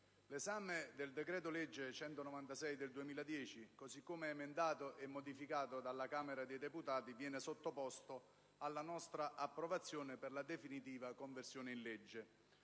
senatori, il decreto-legge n. 196 del 2010, così come emendato e modificato dalla Camera dei deputati, viene sottoposto alla nostra approvazione per la definitiva conversione in legge.